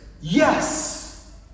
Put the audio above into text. Yes